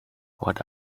what